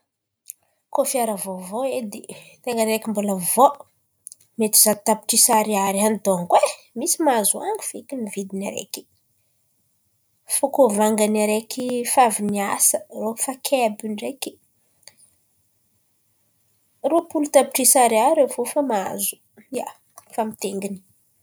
Kôa fiara vaovao edy, ten̈a araiky mbola vao mety zato tapitrisa Ariary any dônko e, misy mahazo any feky vidiny araiky. Fa kôa vangany araiky efa avy niasa, irô fa kay àby io ndraiky rôapolo tapitrisa Ariary eo fo efa mahazo, ià, efa mitaingin̈y.